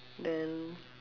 then